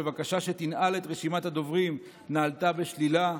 בבקשה שתנעל את רשימת הדוברים נענתה בשלילה -- נכון.